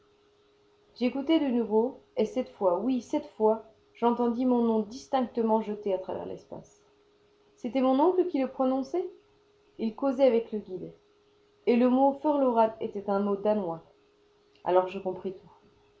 j'écoutai de nouveau et cette fois oui cette fois j'entendis mon nom distinctement jeté à travers l'espace c'était mon oncle qui le prononçait il causait avec le guide et le mot frlorad était un mot danois alors je compris tout